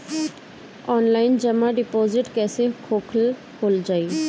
Online जमा deposit कैसे खोलल जाइ?